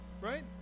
Right